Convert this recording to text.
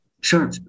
Sure